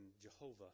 Jehovah